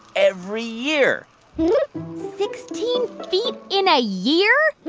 every year sixteen feet in a year?